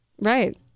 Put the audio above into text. Right